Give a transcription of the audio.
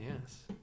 Yes